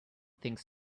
things